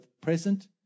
present